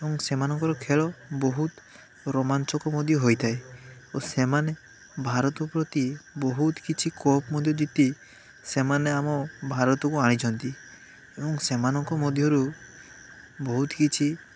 ଏବଂ ସେମାନଙ୍କର ଖେଳ ବହୁତ ରୋମାଞ୍ଚକ ମଧ୍ୟ ହୋଇଥାଏ ଓ ସେମାନେ ଭାରତ ପ୍ରତି ବହୁତ କିଛି କପ ମଧ୍ୟ ଜିତି ସେମାନେ ଆମ ଭାରତକୁ ଆଣିଛନ୍ତି ଏବଂ ସେମାନଙ୍କ ମଧ୍ୟରୁ ବହୁତ କିଛି